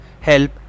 help